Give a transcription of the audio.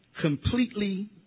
Completely